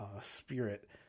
Spirit